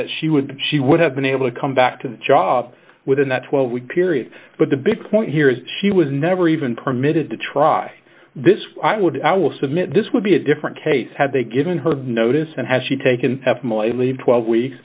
that she would she would have been able to come back to the job within that twelve week period but the big point here is that she was never even permitted to try this i would i will submit this would be a different case had they given her notice and had she taken a leave twelve weeks